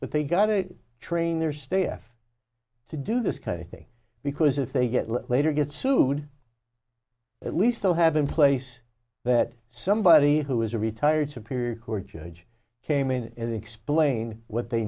but they've got to train their stay off to do this kind of thing because if they get later get sued at least they'll have in place that somebody who is a retired supreme court judge came in and explain what they